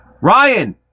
Ryan